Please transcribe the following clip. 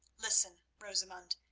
listen, rosamund,